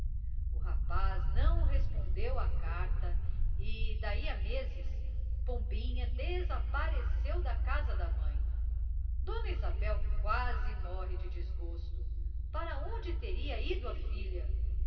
o rapaz não respondeu à carta e daí a meses pombinha desapareceu da casa da mãe dona isabel quase morre de desgosto para onde teria ido a filha